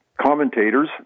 commentators